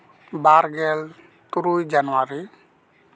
ᱵᱟᱨ ᱜᱮᱞ ᱛᱩᱨᱩᱭ ᱡᱟᱱᱣᱟᱨᱤ